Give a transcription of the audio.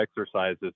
exercises